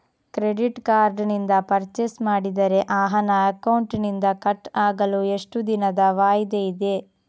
Credit card ನಿಂದ purchase ಮಾಡಿದರೆ ಆ ಹಣ ಅಕೌಂಟಿನಿಂದ ಕಟ್ ಆಗಲು ಎಷ್ಟು ದಿನದ ವಾಯಿದೆ ಇದೆ?